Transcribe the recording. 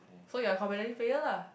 so you are competitive fail lah